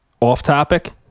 off-topic